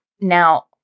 Now